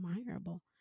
admirable